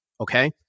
okay